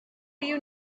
you